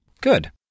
Good